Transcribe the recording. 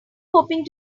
hoping